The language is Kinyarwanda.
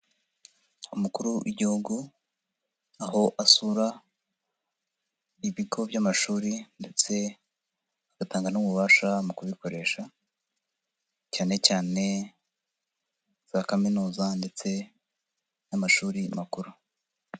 Umukuru w'igihugu, aho asura ibigo by'amashuri ndetse agatanga n'ububasha mu kubikoresha, cyane cyane za kaminuza ndetse n'amashuri makuru.